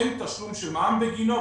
אין תשלום של מע"מ בגינו,